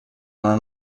una